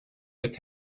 with